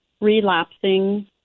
relapsing